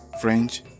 French